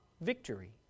victory